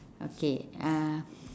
okay uh